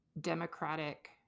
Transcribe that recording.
democratic